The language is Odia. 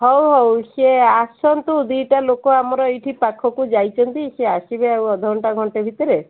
ହଉ ହଉ ସିଏ ଆସନ୍ତୁ ଦୁଇଟା ଲୋକ ଆମର ଏଇଠି ପାଖକୁ ଯାଇଛନ୍ତି ସିଏ ଆସିବେ ଆଉ ଅଧଘଣ୍ଟା ଘଣ୍ଟେ ଭିତରେ